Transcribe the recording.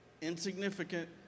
insignificant